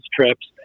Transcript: trips